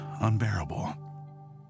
unbearable